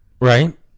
Right